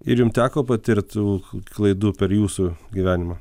ir jum teko patirti tų klaidų per jūsų gyvenimą